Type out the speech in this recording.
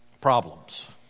problems